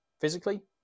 physically